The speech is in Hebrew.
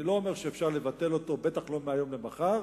אני לא אומר שאפשר לבטל אותו, בטח לא מהיום למחר,